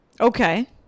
Okay